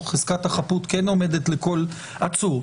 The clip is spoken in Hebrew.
חזקת החפות כן עומדת לכל עצור,